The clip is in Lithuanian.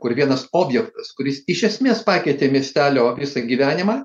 kur vienas objektas kuris iš esmės pakeitė miestelio gyvenimą